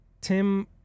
Tim